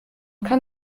kann